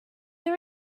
her